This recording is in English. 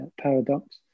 paradox